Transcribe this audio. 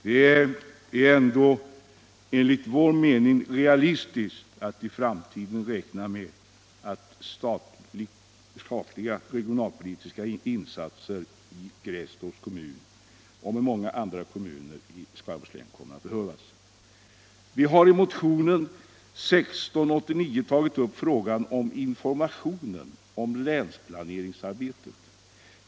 Det är ändå enligt vår mening realistiskt att i framtiden räkna med statliga regionalpolitiska insatser i Grästorps kommun. Liknande åtgärder kommer med säkerhet att behövas även i andra kommuner i Skaraborgs län. I motionen 1689 har vi tagit upp frågan om informationen om länsplaneringsarbetet.